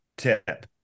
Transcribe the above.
Tip